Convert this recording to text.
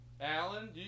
Alan